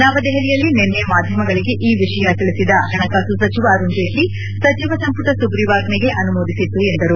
ನವದೆಹಲಿಯಲ್ಲಿ ನಿನ್ನೆ ಮಾಧ್ಯಮಗಳಿಗೆ ಈ ವಿಷಯ ತಿಳಿಸಿದ ಹಣಕಾಸು ಸಚಿವ ಅರುಣ್ ಜೇಟ್ಲಿ ಸಚಿವ ಸಂಪುಟ ಸುಗ್ರೀವಾಜ್ಞೆಗೆ ಅನುಮೋದಿಸಿತ್ತು ಎಂದರು